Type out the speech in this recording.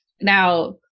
now